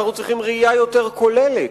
אנחנו צריכים ראייה יותר כוללת,